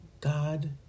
God